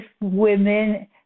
women